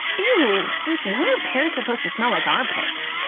ew! since when are pears supposed to smell like armpits?